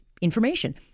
information